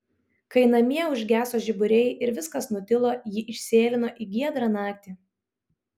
kai namie užgeso žiburiai ir viskas nutilo ji išsėlino į giedrą naktį